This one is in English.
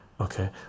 okay